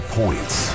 points